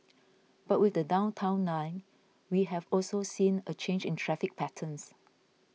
but with the Downtown Line we have also seen a change in traffic patterns